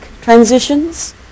transitions